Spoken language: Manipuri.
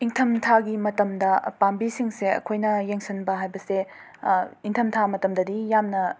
ꯏꯪꯊꯝ ꯊꯥꯒꯤ ꯃꯇꯝꯗ ꯄꯥꯝꯕꯤꯁꯤꯡꯁꯦ ꯑꯩꯈꯣꯏꯅ ꯌꯦꯡꯁꯤꯟꯕ ꯍꯥꯏꯕꯁꯦ ꯏꯪꯊꯝꯊꯥ ꯃꯇꯝꯗꯗꯤ ꯌꯥꯝꯅ